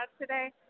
today